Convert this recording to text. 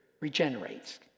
regenerates